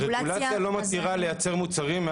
הרגולציה לא מתירה לייצר מוצרים בריכוז